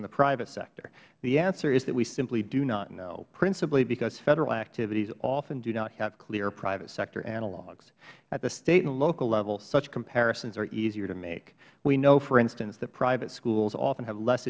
in the private sector the answer is that we simply do not know principally because federal activities often do not have clear private sector analogs at the state and local level such comparisons are easier to make we know for instance that private schools often have less